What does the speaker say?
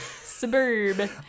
suburb